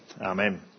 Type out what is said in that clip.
Amen